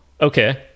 Okay